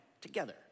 together